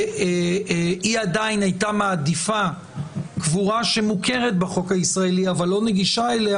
והיא עדיין היתה מעדיפה קבורה שמוכרת בחוק הישראלי אבל לא נגישה אליה,